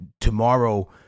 tomorrow